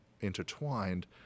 intertwined